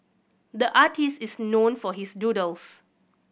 the artist is known for his doodles